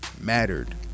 mattered